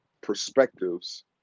perspectives